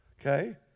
okay